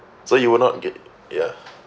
so you will not get ya